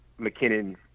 McKinnon